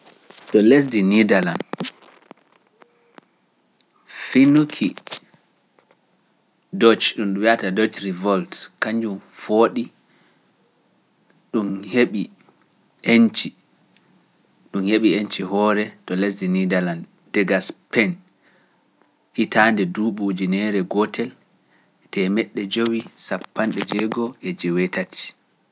To lesi Nidalan Finuki Dutch ko ɗum wiyata Dutch Revolt kannjum fooɗi ɗum heɓi enci, ɗum heɓi enci hoore to lesdi Nidalan daga Spain hitaande nduuɓu ujuneere gootel e teemeɗɗe jowi sappanɗe jeego'o e joweetati